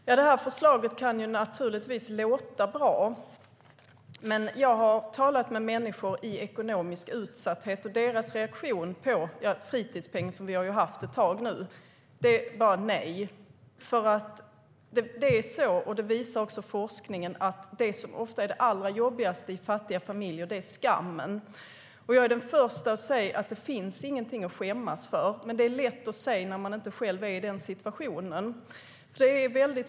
Fru talman! Förslaget kan naturligtvis låta bra, men jag har talat med människor i ekonomisk utsatthet. Deras reaktion på fritidspengen, som vi har haft ett tag nu, är bara nej. Forskning visar att det ofta är skammen som är jobbigast i fattiga familjer. Jag är den första att säga att det inte finns någonting att skämmas för, men det är lätt att säga när man själv inte är i den situationen.